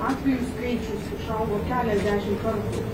atvejų skaičius išaugo keliasdešimt kartų